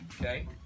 Okay